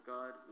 God